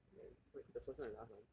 and then wait the first one and last one